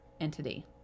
entity